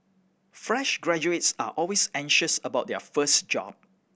fresh graduates are always anxious about their first job